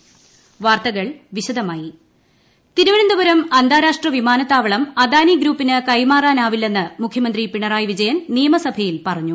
മുഖ്യമന്ത്രി അദാനി തിരുവനന്തപൂരം അന്താരാഷ്ട്ര വിമാനത്താവളം അദാനി ഗ്രൂപ്പിന് കൈമാറാനാവില്ലെന്ന് മുഖ്യമന്ത്രി പിണറായി വിജയൻ നിയമസഭയിൽ പറഞ്ഞു